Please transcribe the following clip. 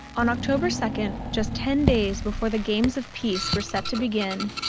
on october second, just ten days before the games of peace were set to begin,